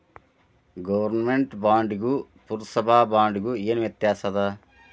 government ಬಾಂಡಿಗೂ ಪುರ್ಸಭಾ ಬಾಂಡಿಗು ಏನ್ ವ್ಯತ್ಯಾಸದ